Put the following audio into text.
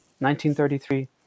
1933